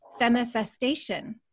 Femifestation